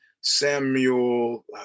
Samuel